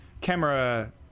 camera